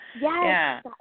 Yes